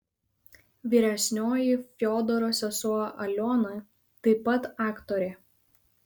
vyresnioji fiodoro sesuo aliona taip pat aktorė